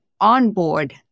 onboard